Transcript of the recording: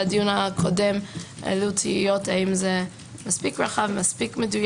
בדיון הקודם העלו תהיות אם זה מספיק רחב ומדויק.